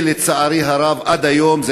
ולצערי הרב עד היום,